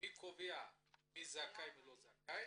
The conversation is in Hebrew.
מי קובע מי זכאי ומי לא זכאי,